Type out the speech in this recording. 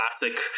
classic